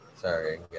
Sorry